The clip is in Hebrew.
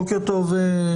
בוקר טוב לכולם,